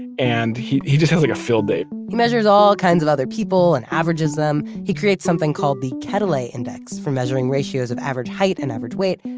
and he he just has like a field day he measures all kinds of other people and averages them. he creates something called the quetelet index for measuring ratios of average height and average weight,